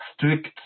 strict